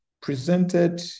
presented